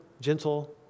gentle